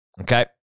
Okay